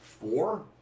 four